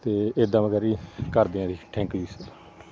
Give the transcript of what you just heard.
ਅਤੇ ਇੱਦਾਂ ਵਗੈਰਾ ਹੀ ਕਰਦੇ ਹਾਂ ਜੀ ਥੈਂਕ ਯੂ ਜੀ ਸਰ